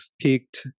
peaked